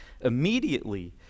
Immediately